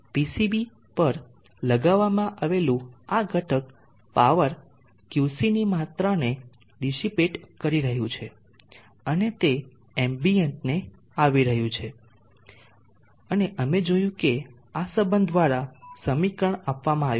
PCB પર લગાવવામાં આવેલું આ ઘટક પાવર QCની માત્રાને ડીસીપેટ કરી રહ્યું છે અને તે એમ્બિયન્ટને આપવામાં આવી રહ્યું છે અને અમે જોયું કે આ સંબંધ દ્વારા સમીકરણ આપવામાં આવ્યું છે